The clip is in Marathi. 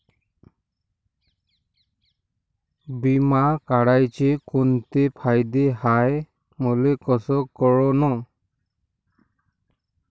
बिमा काढाचे कोंते फायदे हाय मले कस कळन?